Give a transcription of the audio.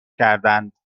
کردند